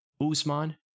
Usman